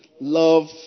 love